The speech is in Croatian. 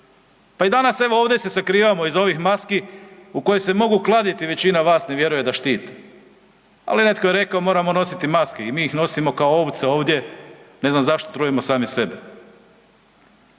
Pa i danas evo ovdje se sakrivamo iza ovih maski u koje se mogu kladiti, većina vas ne vjeruje da štiti ali netko je rekao moramo nositi maske i mi ih nosimo kao ovce ovdje, ne znam zašto trujemo sami sebe.